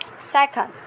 Second